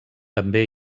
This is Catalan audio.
també